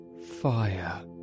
fire